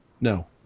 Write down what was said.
No